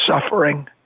suffering